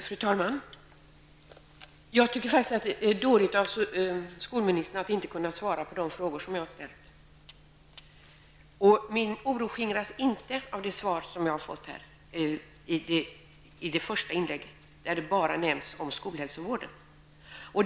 Fru talman! Jag tycker faktiskt att det är dåligt av skolministern att inte kunna svara på de frågor som jag har ställt. Min oro skingras inte av det svar som jag har fått i det första inlägget, där bara skolhälsovården berördes.